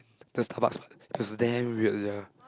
just Starbucks part it was damn weird !sia!